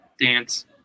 dance